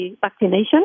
vaccination